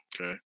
Okay